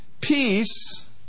peace